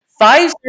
Pfizer